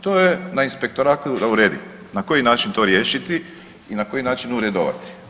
To je na inspektoratu da uredi, na koji način to riješiti i na koji način uredovati.